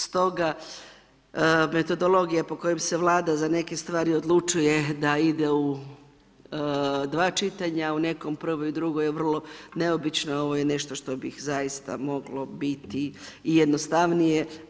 Stoga metodologija po kojim se Vlada za neke stvari odlučuje da ide u dva čitanja, u nekom prvo i drugo je vrlo neobično, ovo je nešto što bi zaista moglo biti i jednostavnije.